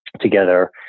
together